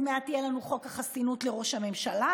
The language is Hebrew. עוד מעט יהיה לנו חוק החסינות לראש הממשלה,